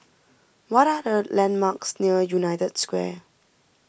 what are the landmarks near United Square